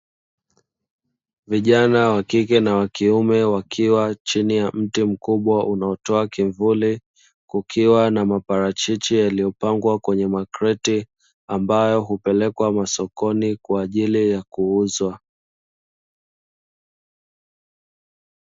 Vijana wa kike na wa kiume wakiwa chini ya mti mkubwa unaotoa kivuli kukiwa na maparachichi yaliyopangwa kwenye makreti ambayo hupelekwa masokoni kwa ajili ya kuuzwa.